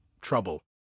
trouble